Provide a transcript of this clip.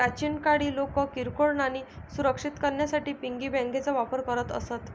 प्राचीन काळी लोक किरकोळ नाणी सुरक्षित करण्यासाठी पिगी बँकांचा वापर करत असत